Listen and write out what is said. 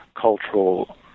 Cultural